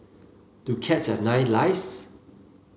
do cats have nine lives